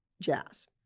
jazz